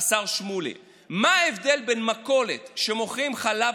השר שמולי: מה ההבדל בין מכולת שבה מוכרים חלב